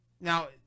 now